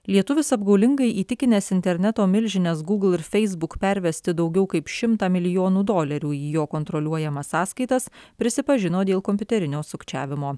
lietuvis apgaulingai įtikinęs interneto milžines google ir facebook pervesti daugiau kaip šimtą milijonų dolerių į jo kontroliuojamas sąskaitas prisipažino dėl kompiuterinio sukčiavimo